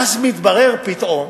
ואז מתברר פתאום